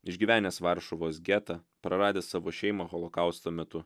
išgyvenęs varšuvos getą praradęs savo šeimą holokausto metu